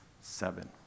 seven